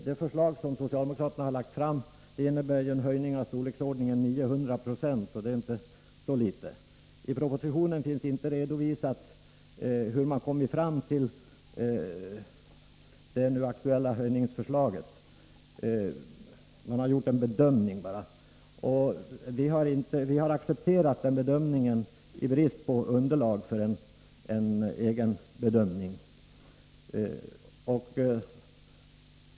Det förslag som socialdemokraterna har lagt fram innebär en höjning i storleksordningen 900 96, och det är inte så litet. I propositionen redovisas inte hur man har kommit fram till det höjningsförslaget, man har bara gjort en bedömning. Vi har accepterat den i brist på underlag för en egen bedömning.